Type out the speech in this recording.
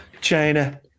China